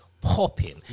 popping